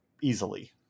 easily